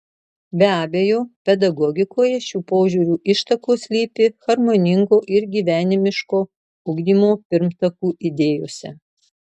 be abejo pedagogikoje šių požiūrių ištakos slypi harmoningo ir gyvenimiško ugdymo pirmtakų idėjose